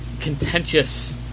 contentious